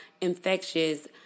infectious